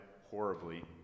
horribly